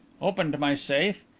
opened my safe,